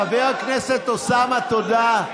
חבר הכנסת אוסאמה, תודה.